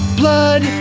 blood